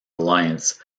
alliance